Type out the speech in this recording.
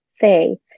say